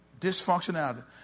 Dysfunctionality